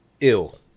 Ill